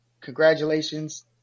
congratulations